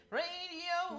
radio